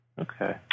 Okay